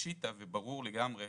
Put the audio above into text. פשיטא וברור לגמרי